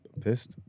Pissed